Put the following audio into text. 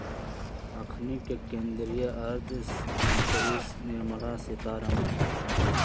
अखनि के केंद्रीय अर्थ मंत्री निर्मला सीतारमण हतन